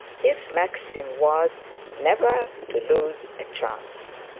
his maxim was never to lose a chance.